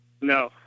no